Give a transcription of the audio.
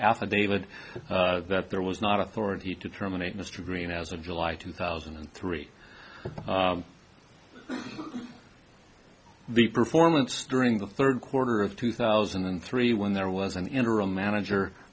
affidavit that there was not authority to terminate mr green as of july two thousand and three the performance during the third quarter of two thousand and three when there was an interim manager